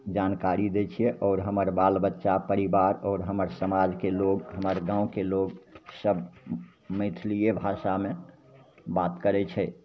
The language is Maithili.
जानकारी दै छिए आओर हमर बालबच्चा परिवार आओर हमर समाजके लोक हमर गामके लोकसभ मैथिलिए भाषामे बात करै छै